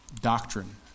doctrine